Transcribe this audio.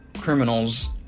criminal's